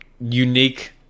unique